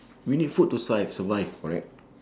we need food to survive survive correct